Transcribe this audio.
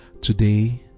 Today